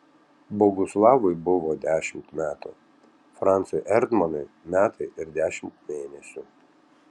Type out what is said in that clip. boguslavui buvo dešimt metų francui erdmanui metai ir dešimt mėnesių